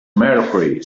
mercury